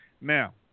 Now